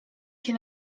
can